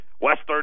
Western